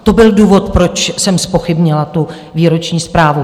To byl důvod, proč jsem zpochybnila tu výroční zprávu.